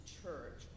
church